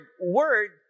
Word